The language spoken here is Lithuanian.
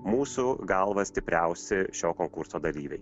mūsų galva stipriausi šio konkurso dalyviai